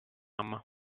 mamma